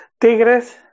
Tigres